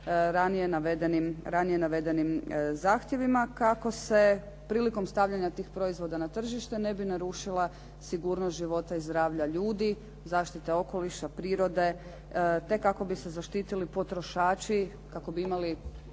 ranije navedenim zahtjevima kako se prilikom stavljanja tih proizvoda na tržište ne bi narušila sigurnost života i zdravlja ljudi, zaštite okoliša, prirode te kako bi se zaštitili potrošači, kako bi imali